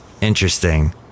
Interesting